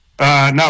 No